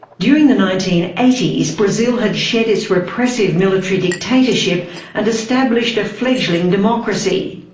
during the nineteen eighty s brazil had shed its repressive military dictatorship and established a fledgling democracy.